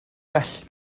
well